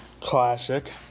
classic